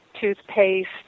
toothpaste